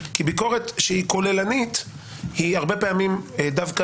כי ביקורת שהיא כוללנית היא הרבה פעמים דווקא